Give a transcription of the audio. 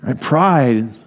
Pride